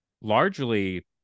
largely